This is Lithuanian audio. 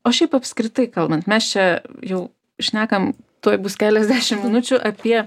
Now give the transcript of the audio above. o šiaip apskritai kalbant mes čia jau šnekam tuoj bus keliasdešim minučių apie